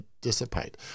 dissipate